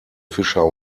fischer